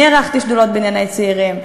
אני ערכתי שדולות בענייני צעירים.